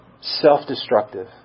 Self-destructive